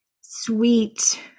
sweet